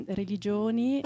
religioni